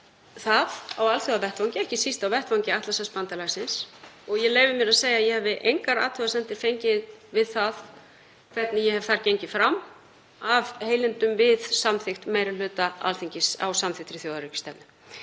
það á alþjóðavettvangi, ekki síst á vettvangi Atlantshafsbandalagsins, og ég leyfi mér að segja að ég hef engar athugasemdir fengið við það hvernig ég hef gengið þar fram, af heilindum, við samþykkt meiri hluta Alþingis á samþykktri þjóðaröryggisstefnu.